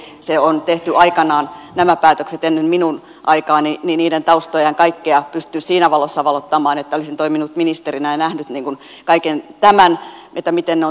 nämä päätökset on tehty aikanaan ennen minun aikaani joten niiden taustoista en kaikkea pysty siinä valossa valottamaan että olisin toiminut ministerinä ja nähnyt kaiken tämän että miten ne ovat syntyneet